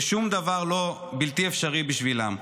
ששום דבר לא בלתי אפשרי בשבילם,